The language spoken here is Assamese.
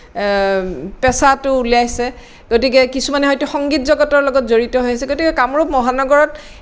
পেছাটো উলিয়াইছে গতিকে কিছুমানে হয়তো সংগীত জগতৰ লগত জড়িত হৈছে গতিকে কামৰূপ মহানগৰত